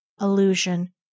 illusion